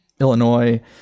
Illinois